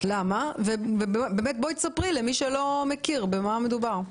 וגם ספרי, למי שלא מכיר במה מדובר.